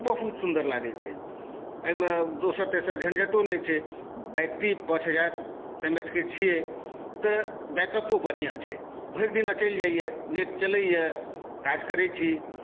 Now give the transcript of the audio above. बहुत सुन्दर लागैत छै एहिमे दोसर तेसर झञ्झटो नहि छै बैट्रि पाँच हजार एम एचके छियै तऽ बैकअपो बढ़िआँ छै भरिदिना चलि जाइए नेट चलइए काज करैत छी